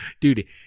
dude